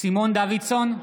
סימון דוידסון,